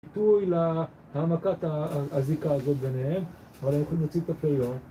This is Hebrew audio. פיתוי להעמקת הזיקה הזאת ביניהם, אבל אנחנו נוציא את הפריור.